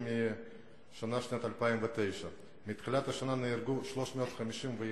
מאשר בכל שנת 2009. מתחילת השנה נהרגו 351